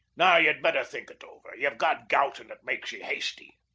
now, ye'd better think it over ye've got gout and that makes ye hasty.